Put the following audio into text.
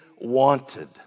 wanted